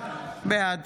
בעד